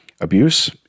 Abuse